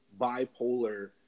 bipolar